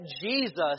Jesus